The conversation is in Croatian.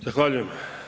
Zahvaljujem.